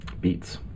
beats